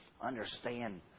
understand